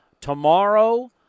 tomorrow